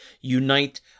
unite